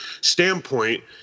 standpoint